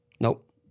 Nope